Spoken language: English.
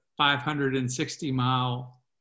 560-mile